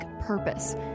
purpose